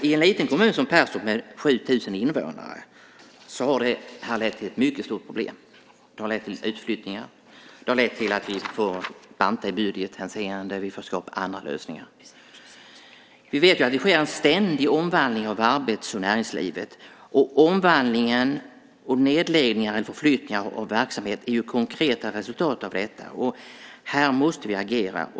I en liten kommun som Perstorp med 7 000 invånare har det lett till mycket stora problem. Det har lett till utflyttningar, det har lett till att vi får banta i budgethänseende och skapa andra lösningar. Vi vet att det sker en ständig omvandling av arbets och näringslivet. Omvandlingen, nedläggningarna och förflyttningarna av verksamheter är ju konkreta resultat av detta. Här måste vi agera.